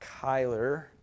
Kyler